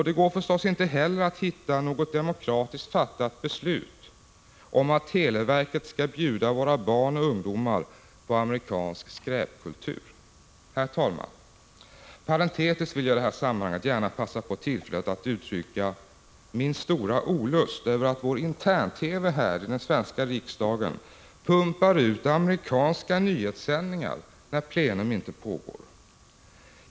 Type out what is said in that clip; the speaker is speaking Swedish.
Det går förstås inte heller att hitta något demokratiskt fattat beslut om att televerket skall bjuda våra barn och ungdomar på amerikansk skräpkultur. Herr talman! Parentetiskt vill jag gärna passa på tillfället att uttrycka min stora olust över att vår intern-TV här i den svenska riksdagen pumpar ut amerikanska nyhetssändningar när plenum inte pågår.